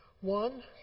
One